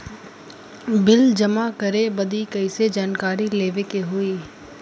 Bill जमा करे बदी कैसे जानकारी लेवे के होई?